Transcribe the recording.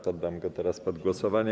Poddam go teraz pod głosowanie.